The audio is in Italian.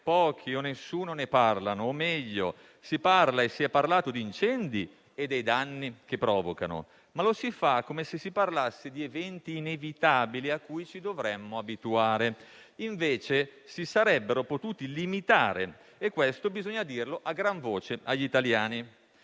forse, nessuno - ne parlano. O meglio, si parla e si è parlato degli incendi e dei danni che provocano, ma lo si fa come se si parlasse di eventi inevitabili, a cui ci dovremmo abituare. Invece, si sarebbero potuti limitare e questo bisogna dirlo a gran voce agli italiani.